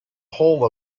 whole